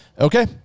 Okay